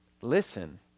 listen